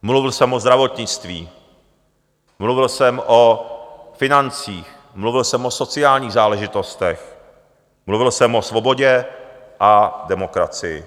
Mluvil jsem o zdravotnictví, mluvil jsem o financích, mluvil jsem o sociálních záležitostech, mluvil jsem o svobodě a demokracii.